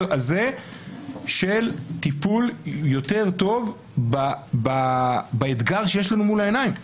הזה של טיפול יותר טוב באתגר שיש לנו מול העיניים,